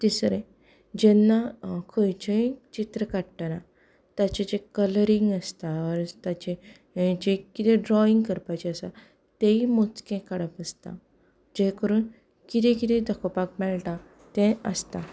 तिसरें जेन्ना खंयचेंय चित्र काडटना ताचें जें कलरींग आसता ओर जें किदें ड्रायींग करपाचें आसा तेयी मोजकें काडप आसता जें करून किदें किदें दाखोपाक मेळटा तें आसता